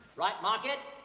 right. mark it.